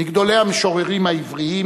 מגדולי המשוררים העבריים.